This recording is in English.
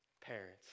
parents